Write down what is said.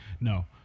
No